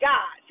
God